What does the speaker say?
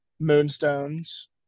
Moonstones